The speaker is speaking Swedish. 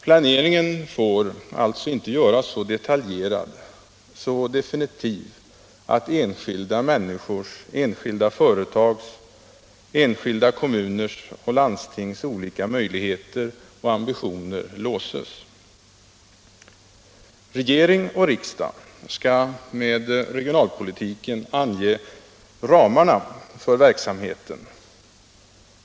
Planeringen får alltså inte göras så detaljerad, så definitiv, att enskilda människors, enskilda företags, enskilda kommuners och landstings olika möjligheter och ambitioner låses. Regering och riksdag skall med regionalpolitiken ange ramarna för verksamheten.